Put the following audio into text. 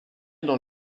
dans